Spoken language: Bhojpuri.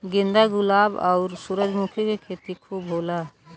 गेंदा गुलाब आउर सूरजमुखी के खेती खूब होला